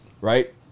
right